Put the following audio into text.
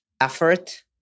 effort